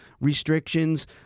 restrictions